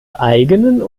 eigenen